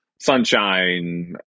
Sunshine